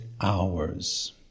Hours